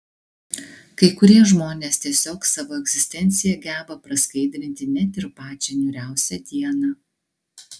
kai kurie žmonės tiesiog savo egzistencija geba praskaidrinti net ir pačią niūriausią dieną